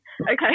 Okay